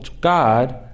God